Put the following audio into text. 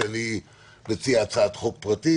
כשאני מציע הצעת חוק פרטית,